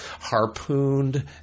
harpooned